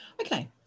Okay